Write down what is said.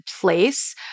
place